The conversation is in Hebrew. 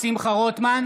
שמחה רוטמן,